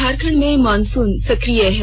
झारखंड में मॉनसून सकिय है